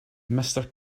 mister